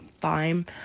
fine